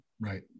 Right